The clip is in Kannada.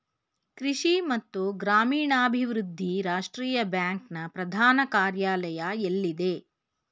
ಕೃಷಿ ಮತ್ತು ಗ್ರಾಮೀಣಾಭಿವೃದ್ಧಿ ರಾಷ್ಟ್ರೀಯ ಬ್ಯಾಂಕ್ ನ ಪ್ರಧಾನ ಕಾರ್ಯಾಲಯ ಎಲ್ಲಿದೆ?